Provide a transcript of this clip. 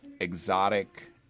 exotic